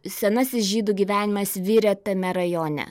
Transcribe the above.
senasis žydų gyvenimas virė tame rajone